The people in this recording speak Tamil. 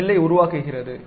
அது வில்லை உருவாக்குகிறது